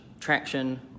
traction